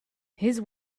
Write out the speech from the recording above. his